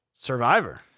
Survivor